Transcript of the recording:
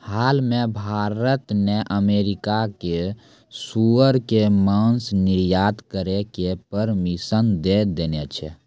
हाल मॅ भारत न अमेरिका कॅ सूअर के मांस निर्यात करै के परमिशन दै देने छै